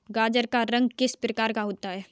गाजर का रंग किस प्रकार का होता है?